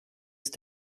ist